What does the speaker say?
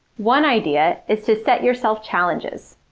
one idea is to set yourself challenges.